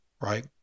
right